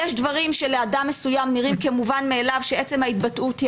יש דברים שלאדם מסוים נראים כמובן מאליו שעצם ההתבטאות היא